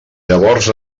llavors